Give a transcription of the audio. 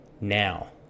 now